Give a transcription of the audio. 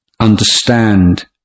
understand